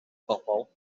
bobol